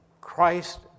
Christ